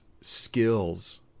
skills